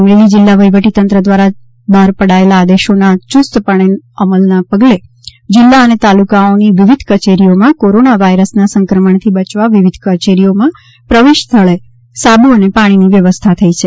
અમરેલી જિલ્લા વહીવટી તંત્ર દ્વારા જારી થયેલા આદેશોના યુસ્તપણે અમલના પગલે જિલ્લા અને તાલુકાઓની વિવિધ કચેરીઓમાં કોરોના વાયરસના સંક્રમણથી બયવા વિવિધ કચેરીઓમાં પ્રવેશ સ્થળે સાબુ અને પાણીની વ્યવસ્થા કરવામાં આવી છે